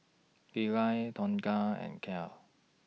Lilah Tonja and Kiel